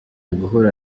guhura